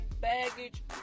baggage